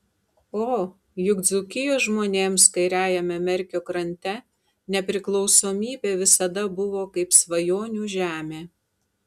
o juk dzūkijos žmonėms kairiajame merkio krante nepriklausomybė visada buvo kaip svajonių žemė